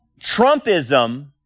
Trumpism